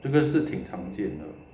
这个是挺常见的